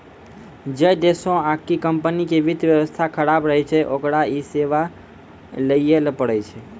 जै देशो आकि कम्पनी के वित्त व्यवस्था खराब रहै छै ओकरा इ सेबा लैये ल पड़ै छै